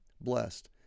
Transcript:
blessed